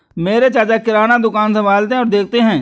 मेरे चाचा किराना दुकान संभालते और देखते हैं